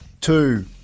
Two